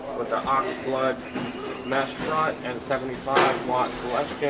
with the oxblood mess wrought and seventy five watts west